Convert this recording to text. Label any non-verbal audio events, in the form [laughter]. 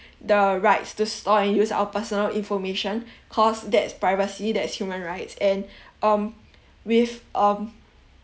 the rights to store and use our personal information [breath] cause that's privacy that's human rights and [breath] um with um